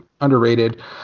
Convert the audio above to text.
underrated